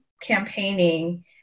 campaigning